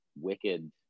wicked